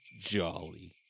jolly